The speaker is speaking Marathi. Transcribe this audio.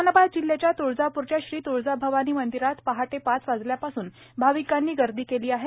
उस्मानाबाद जिल्ह्याच्या त्ळजाप्रच्या श्री तुळजाभवानी मंदिरात पहाटे पाच वाजल्यापासून भाविकांनी गर्दी केली आहे